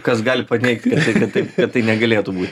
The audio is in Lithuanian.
kas gali paneigt kad taip kad tai negalėtų būt